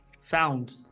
found